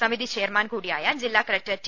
സമിതി ചെയർമാൻ കൂടിയായ ജില്ലാ കലക്ടർ ടി